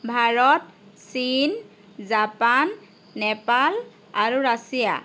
ভাৰত চীন জাপান নেপাল আৰু ৰাছিয়া